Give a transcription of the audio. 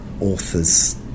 authors